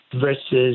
versus